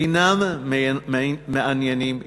אינם מעניינים איש.